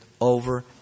over